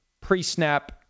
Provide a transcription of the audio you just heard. pre-snap